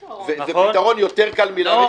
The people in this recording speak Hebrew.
זה פתרון יותר קל מאשר להאריך.